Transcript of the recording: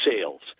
sales